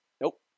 Nope